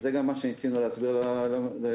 וזה גם מה שניסינו להסביר למבקר.